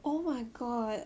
oh my god